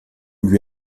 lui